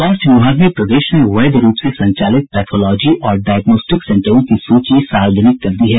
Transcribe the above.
स्वास्थ्य विभाग ने प्रदेश में वैध रूप से संचालित पैथोलॉजी और डायग्नोस्टिक सेंटरों की सूची सार्वजनिक कर दी है